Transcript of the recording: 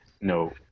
No